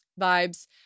vibes